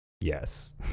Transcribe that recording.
Yes